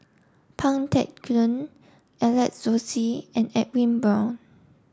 Pang Teck Joon Alex Josey and Edwin Brown